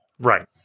Right